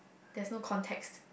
there's no context